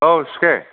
औ सुखे